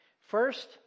First